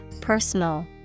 personal